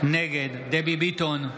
נגד דבי ביטון,